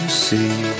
see